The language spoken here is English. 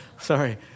sorry